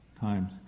times